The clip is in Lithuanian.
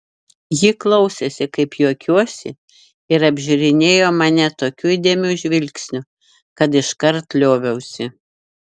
ji klausėsi kaip juokiuosi ir apžiūrinėjo mane tokiu įdėmiu žvilgsniu kad iškart lioviausi